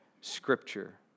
Scripture